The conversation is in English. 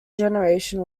generation